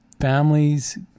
families